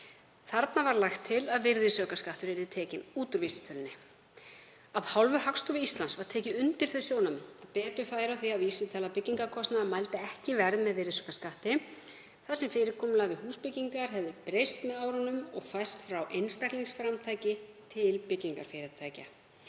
Lagt var til að virðisaukaskattur yrði tekinn út úr vísitölunni. Af hálfu Hagstofu Íslands hefur verið tekið undir þau sjónarmið að betur færi á því að vísitala byggingarkostnaðar mældi ekki verð með virðisaukaskatti þar sem fyrirkomulag við húsbyggingar hefur breyst með árunum og færst frá einstaklingsframtaki til byggingarfyrirtækja.